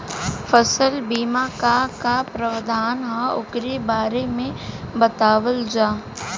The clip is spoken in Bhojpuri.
फसल बीमा क का प्रावधान हैं वोकरे बारे में बतावल जा?